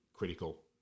critical